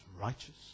righteous